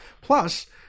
Plus